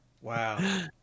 Wow